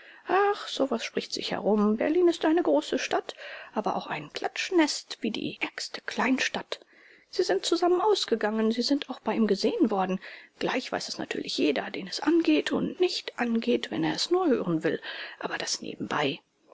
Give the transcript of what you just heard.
ach so was spricht sich herum berlin ist eine große stadt aber auch ein klatschnest wie die ärgste kleinstadt sie sind zusammen ausgegangen sie sind auch bei ihm gesehen worden gleich weiß es natürlich jeder den es angeht und nicht angeht wenn er's nur hören will aber das nebenbei